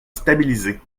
stabilisé